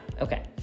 Okay